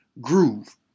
groove